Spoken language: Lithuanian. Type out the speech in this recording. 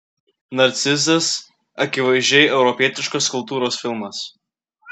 narcizas akivaizdžiai europietiškos kultūros filmas